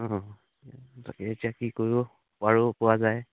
অঁ অঁ এতিয়া তাকে এতিয়া কি কৰোঁ পাৰোঁ পোৱা যায়